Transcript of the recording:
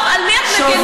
טוב טוב על מי את מגינה,